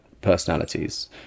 personalities